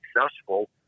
successful